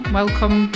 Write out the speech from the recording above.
welcome